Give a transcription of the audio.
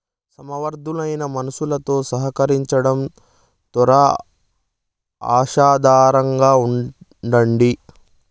సమర్థులైన మనుసులుతో సహకరించడం దోరా ఆశావాదంగా ఉండండి